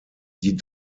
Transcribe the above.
die